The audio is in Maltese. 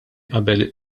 qabel